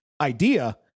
idea